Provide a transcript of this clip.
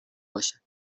باشد